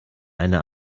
eine